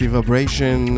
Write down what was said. vibration